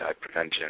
Prevention